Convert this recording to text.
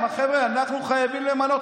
הוא אמר: חבר'ה, אנחנו חייבים למנות.